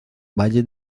valle